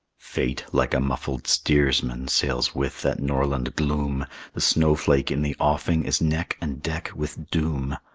fate like a muffled steersman sails with that norland gloom the snowflake in the offing is neck and neck with doom.